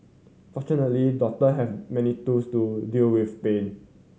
fortunately doctor have many tools to deal with pain